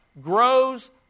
grows